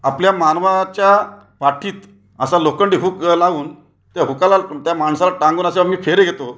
आपल्या मानवाच्या पाठीत असा लोखंडी हूक लावून त्या हुकाला त्या माणसाला टांगून असे आम्ही फेरे घेतो